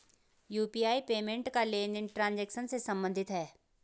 UPI payment का लेनदेन transaction से सम्बंधित है